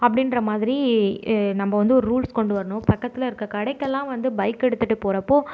அப்படின்ற மாதிரி நம்ம வந்து ஒரு ரூல்ஸ் கொண்டு வரணும் பக்கத்தில் இருக்கிற கடைக்கெல்லாம் வந்து பைக் எடுத்துட்டு போகிறப்போ